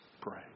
pray